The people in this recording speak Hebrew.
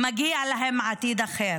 מגיע להם עתיד אחר.